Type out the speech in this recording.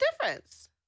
difference